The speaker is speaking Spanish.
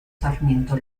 sarmiento